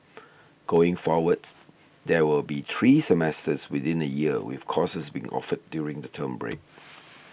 going forwards there will be three semesters within a year with courses being offered during the term break